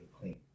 clean